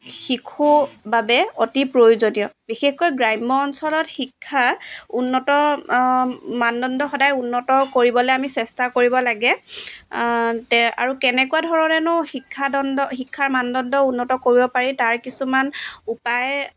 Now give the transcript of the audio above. শিশুৰ বাবে অতি প্ৰয়োজনীয় বিশেষকৈ গ্ৰাম্য অঞ্চলত শিক্ষা উন্নত মানদণ্ড সদায় উন্নত কৰিবলৈ আমি চেষ্টা কৰিব লাগে কে আৰু কেনেকুৱা ধৰণেনো শিক্ষাদণ্ড শিক্ষাৰ মানদণ্ড উন্নত কৰিব পাৰি তাৰ কিছুমান উপায়